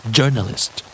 Journalist